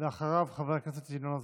ואחריו, חבר הכנסת ינון אזולאי.